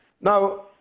Now